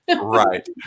Right